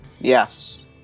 Yes